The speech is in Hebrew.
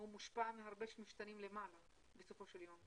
מושפע מהרבה משתנים למעלה בסופו של יום.